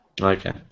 Okay